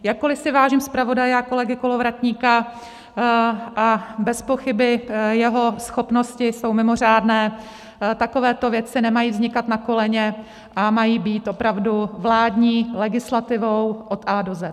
Jakkoliv si vážím zpravodaje a kolegy Kolovratníka a bezpochyby jeho schopnosti jsou mimořádné, takovéto věci nemají vznikat na koleně a mají být opravdu vládní legislativou od A do Z.